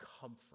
comfort